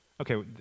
Okay